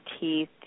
teeth